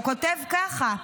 והוא כותב ככה: